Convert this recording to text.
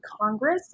Congress